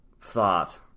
thought